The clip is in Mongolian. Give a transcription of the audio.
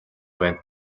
байна